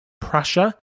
Prussia